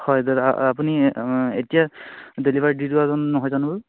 হয় দাদা আপুনি এতিয়া ডেলিভাৰী দি যোৱাজন নহয় জানো